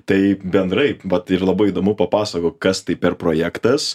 tai bendrai vat ir labai įdomu papasakok kas tai per projektas